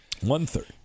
One-third